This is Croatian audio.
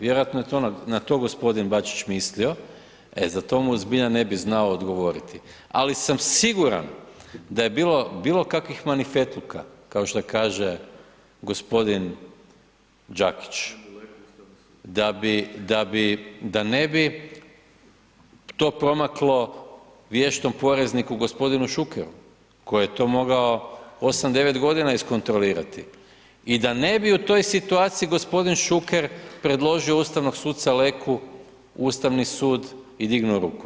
Vjerojatno je na to gospodin Bačić mislio, e za to mu zbilja ne bi znao odgovoriti, ali sam siguran da je bilo bilo kakvih manifetluka, kao što kaže gospodin Đakić, da bi, da ne bi to promaklo vještom porezniku gospodinu Šukeru koji je to mogao 8, 9 godina iskontrolirati i da ne bi u toj situaciju gospodin Šuker predložio ustavnog suda Leku, Ustavni sud i dignuo ruku.